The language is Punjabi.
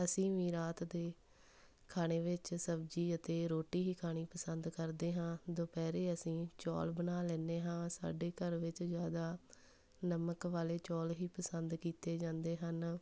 ਅਸੀਂ ਵੀ ਰਾਤ ਦੇ ਖਾਣੇ ਵਿੱਚ ਸਬਜ਼ੀ ਅਤੇ ਰੋਟੀ ਹੀ ਖਾਣੀ ਪਸੰਦ ਕਰਦੇ ਹਾਂ ਦੁਪਹਿਰੇ ਅਸੀਂ ਚੌਲ ਬਣਾ ਲੈਂਦੇ ਹਾਂ ਸਾਡੇ ਘਰ ਵਿੱਚ ਜ਼ਿਆਦਾ ਨਮਕ ਵਾਲੇ ਚੌਲ ਹੀ ਪਸੰਦ ਕੀਤੇ ਜਾਂਦੇ ਹਨ